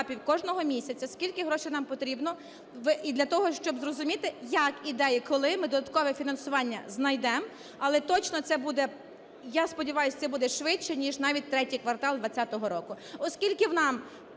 кожного місяця скільки грошей нам потрібно і для того, щоб зрозуміти як і де, і коли ми додаткове фінансування знайдемо. Але точно це буде, я сподіваюся, це буде швидше ніж навіть ІІІ квартал 20-го року.